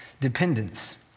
dependence